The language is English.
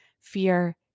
fear